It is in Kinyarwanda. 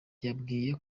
yabwiye